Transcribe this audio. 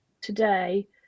today